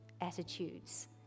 attitudes